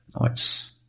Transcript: Nice